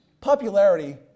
Popularity